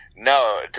No